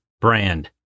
brand